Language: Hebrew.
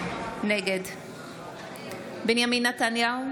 נגד בנימין נתניהו,